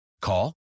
Call